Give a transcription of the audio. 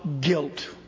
guilt